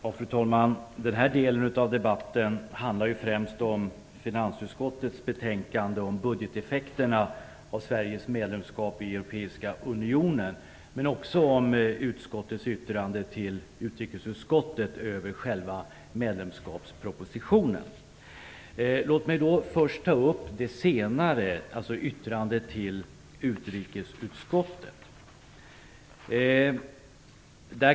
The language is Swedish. Fru talman! Den här delen av debatten handlar främst om finansutskottets betänkande om budgeteffekterna av Sveriges medlemskap i Europeiska unionen. Men det handlar också om utskottets yttrande till utrikesutskottet över själva medlemskapspropositionen. Låt mig först ta upp den senare frågan, dvs. yttrandet till utrikesutskottet.